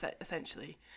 essentially